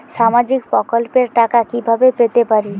সামাজিক প্রকল্পের টাকা কিভাবে পেতে পারি?